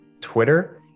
Twitter